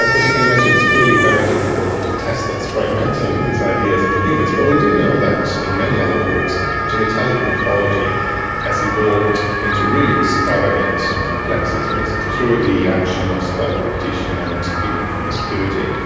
as as you can imagine, it is clearly very difficult to test experimentally these ideas in humans, but we do know that in many other groups genitalic morphology has evolved into really extravagant complexities through the action of sperm competition and female promiscuity.